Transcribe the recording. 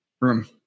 room